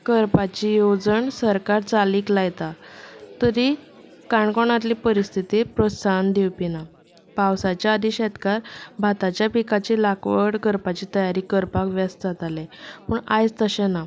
राज्यांत शेतकी वेवसाय परत परतून करपाची येवजण सरकार चालीक लायता तरीय काणकोणांतली परिस्थिती प्रोत्साहन दिवपी ना पावसाच्या आदी शेतकार भाताच्या पिकाची लागवड करपाची तयारी करपाक व्यस्त जाताले पूण आयज तशें ना